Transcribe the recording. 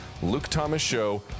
LukeThomasShow